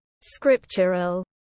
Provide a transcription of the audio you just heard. scriptural